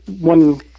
one